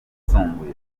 yisumbuye